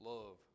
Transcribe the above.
Love